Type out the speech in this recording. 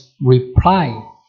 reply